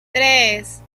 tres